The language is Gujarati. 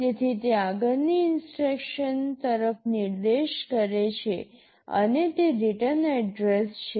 તેથી તે આગળની ઇન્સટ્રક્શન તરફ નિર્દેશ કરે છે તે રિટર્ન એડ્રેસ છે